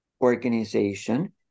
organization